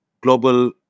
global